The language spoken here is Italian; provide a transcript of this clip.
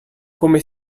come